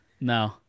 No